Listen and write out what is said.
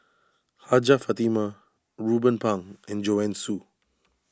Hajjah Fatimah Ruben Pang and Joanne Soo